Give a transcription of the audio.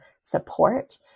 support